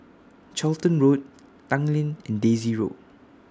Charlton Road Tanglin and Daisy Road